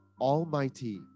Almighty